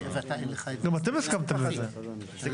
גם אתם הסכמתם לזה.